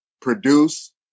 produce